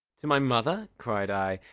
to my mother cried i.